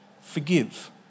forgive